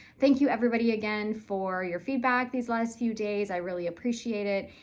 thank you everybody, again, for your feedback these last few days. i really appreciate it,